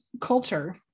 culture